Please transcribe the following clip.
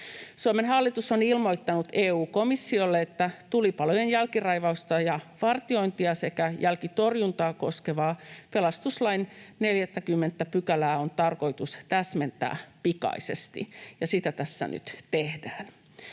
Suomen hallitus on ilmoittanut EU-komissiolle, että tulipalojen jälkiraivausta ja vartiointia sekä jälkitorjuntaa koskevaa pelastuslain 40 §:ää on tarkoitus täsmentää pikaisesti, ja sitä tässä nyt tehdään.